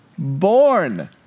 born